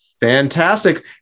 fantastic